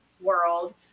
world